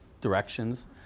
directions